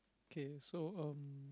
K so um